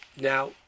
Now